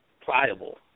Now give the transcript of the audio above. pliable